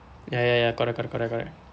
ya ya ya correct correct correct correct